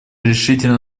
решительно